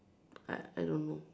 I I don't know